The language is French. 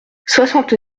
soixante